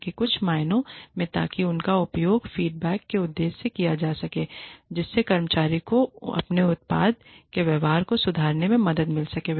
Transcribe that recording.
ताकि कुछ मायनों में ताकि उनका उपयोग फीडबैक के उद्देश्य से किया जा सके जिससे कर्मचारी को अपने उत्पाद के व्यवहार को सुधारने में मदद मिल सके